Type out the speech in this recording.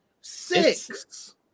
six